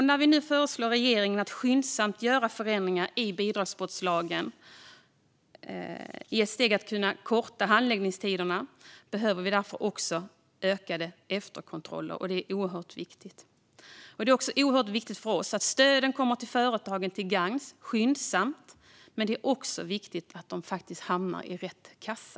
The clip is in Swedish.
När vi nu föreslår att regeringen skyndsamt gör förändringar i bidragsbrottslagen i ett steg för att korta handläggningstiderna behövs det därför också ökade efterkontroller. Detta är oerhört viktigt. Det är oerhört viktigt för oss att stöden kommer företagen till gagn skyndsamt, men det är också viktigt att de faktiskt hamnar i rätt kassa.